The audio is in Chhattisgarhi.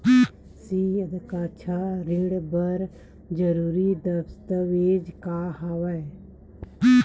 सिक्छा ऋण बर जरूरी दस्तावेज का हवय?